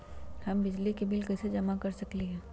हम बिजली के बिल कईसे जमा कर सकली ह?